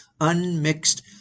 unmixed